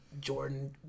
Jordan